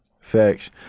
Facts